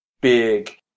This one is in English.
big